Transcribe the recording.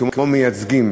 כמו מייצגים,